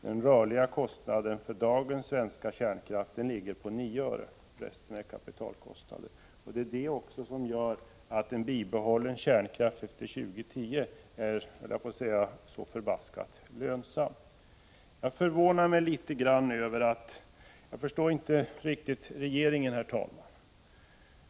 Den rörliga kostnaden för dagens svenska kärnkraft ligger på 9 öre, resten är kapitalkostnad. Det är detta som gör att en bibehållen kärnkraft efter år 2010 är så lönsam. Jag förstår mig inte riktigt på regeringen.